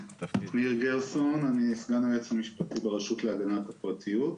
אני סגן היועץ המשפטי ברשות להגנת הפרטיות.